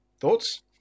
Thoughts